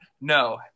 No